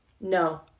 No